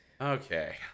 Okay